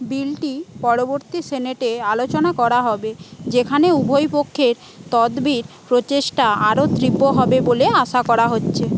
বিলটি পরবর্তী সেনেটে আলোচনা করা হবে যেখানে উভয় পক্ষের তদবির প্রচেষ্টা আরো তীব্র হবে বলে আশা করা হচ্ছে